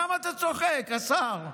למה אתה צוחק, השר?